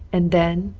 and then!